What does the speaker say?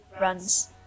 runs